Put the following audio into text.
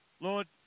Lord